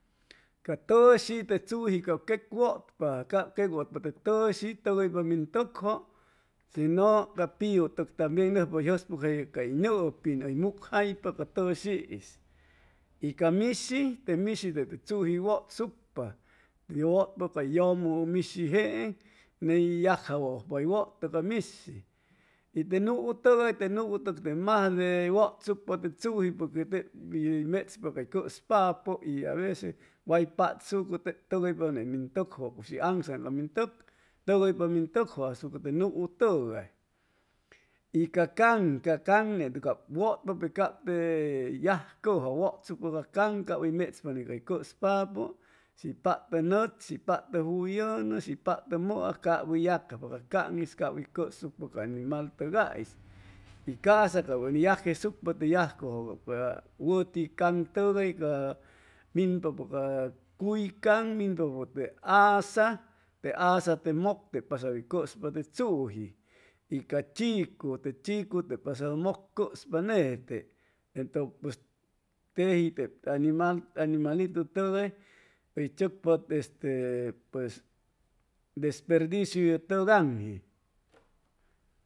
Ca tʉshi te tzuji cap queqwʉtpa cap queqwʉtpa te tʉshi y tʉgʉypa min tʉkjʉ shi no ca piutʉg nʉmʉpa hʉy jʉspʉcjallʉ cay nʉpin hʉy mucjaipa ca tʉshi'is y ca mishi te mishi tep tzuj wʉtsucpa y wʉtpa ca yʉmʉ mishijeeŋ y ney yagjawʉpa hʉy wʉtʉ ca mishi y te nuu tʉgay te nuutʉk tep majde wʉtsupa tzuji porque tep pi mechpa cay cʉspapʉ y aveces way patsucʉ tep tʉgʉypa net min tʉkjʉ shi aŋsaŋ ca min tʉk tʉgʉypa min tʉkjʉ asucʉ te nuutʉgay y ca caŋ ca caŋ nete wʉtpa pe cap te yajcʉjʉ wʉtsucpa ca caŋ cap hʉy mechpa ne cay cʉspapʉ shi patpa nʉtz, shi patʉ juyʉnʉ, shi patʉ mʉa cap hʉy yacajpa ca caŋ'is cap hʉy cʉsucpa ca animal tʉgais y ca'sa cap ʉni yacjesucpa te yajcʉjʉ cap te wʉti caŋtʉgay ca minpapʉ ca cuycaŋ minpapʉ te aasa te aasa te mʉk tep pasadu hʉy cʉspa te tzuji y ca chicu te chicu tep pasadu mʉk cʉspa nete entʉ pues teji tep te animal animalitutʉgay hʉy chʉcpa te este pues desperdiciu ye tʉgaŋji